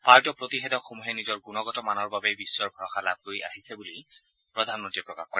ভাৰতীয় প্ৰতিষেধকসমূহে নিজৰ গুণগত মানৰ বাবেই বিশ্বৰ ভৰসা লাভ কৰি আহিছে বুলি প্ৰধানমন্ৰীয়ে প্ৰকাশ কৰে